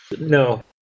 No